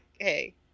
okay